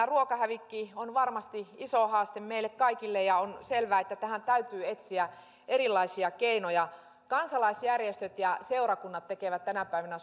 ruokahävikki on varmasti iso haaste meille kaikille ja on selvää että tähän täytyy etsiä erilaisia keinoja kansalaisjärjestöt ja seurakunnat tekevät tänä päivänä